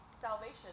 salvation